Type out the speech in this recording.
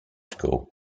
school